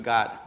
God